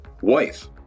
wife